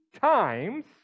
times